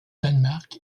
danemark